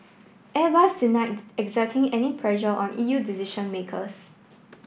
airbus denied exerting any pressure on E U decision makers